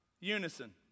Unison